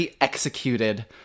executed